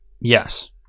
yes